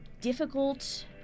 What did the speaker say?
difficult